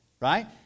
right